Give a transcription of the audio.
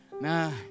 Nah